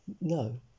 No